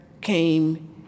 came